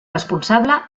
responsable